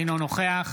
אינו נוכח